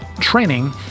training